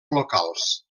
locals